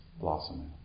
blossoming